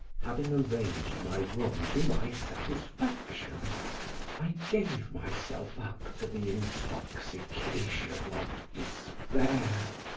having arranged my room to my satisfaction i gave myself up to the intoxication of despair.